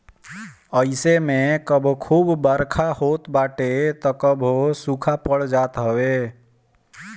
अइसे में कबो खूब बरखा होत बाटे तअ कबो सुखा पड़ जात हवे